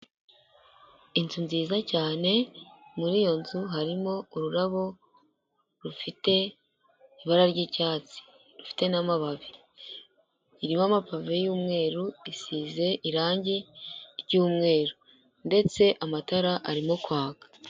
Inzu nziza cyane, muri iyo nzu harimo ururabo rufite ibara ry'icyatsi,, rufite n'amababi, irimo amapave y'umweru isize irangi ry'umweru, ndetse amatara arimo kwaka.